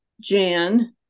Jan